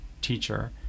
teacher